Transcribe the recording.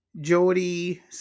jody